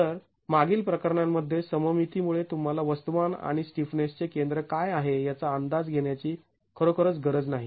तर मागील प्रकरणांमध्ये सममितीमुळे तुम्हाला वस्तुमान आणि स्टिफनेसचे केंद्र काय आहे याचा अंदाज घेण्याची खरोखरच गरज नाही